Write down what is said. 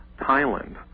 Thailand